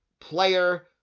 player